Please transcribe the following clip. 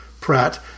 Pratt